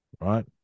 right